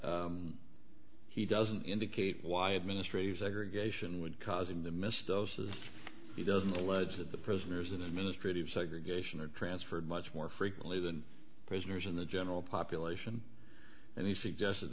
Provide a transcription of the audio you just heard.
but he doesn't indicate why administrative segregation would cause him to missed those as he doesn't allege that the prisoners in administrative segregation are transferred much more frequently than prisoners in the general population and he suggested